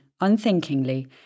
unthinkingly